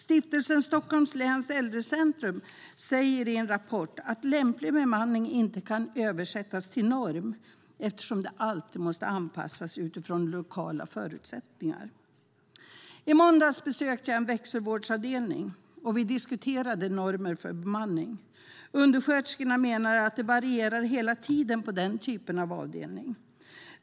Stiftelsen Stockholms läns Äldrecentrum säger i en rapport att lämplig bemanning inte kan översättas till en norm eftersom den alltid måste anpassas efter lokala förutsättningar. I måndags besökte jag en växelvårdsavdelning, och vi diskuterade normer för bemanning. Undersköterskorna menade att det hela tiden varierar på denna typ av avdelning.